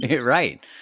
Right